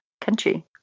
country